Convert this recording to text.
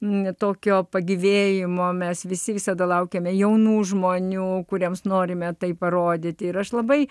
ne tokio pagyvėjimo mes visi visada laukiame jaunų žmonių kuriems norime tai parodyti ir aš labai